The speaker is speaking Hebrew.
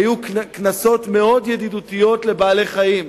היו כנסות מאוד ידידותיות לבעלי-חיים.